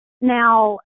Now